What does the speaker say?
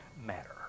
matter